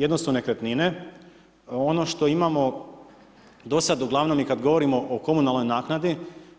Jedno su nekretnine, ono što imamo do sad uglavnom i kad govorimo o komunalnoj naknadi,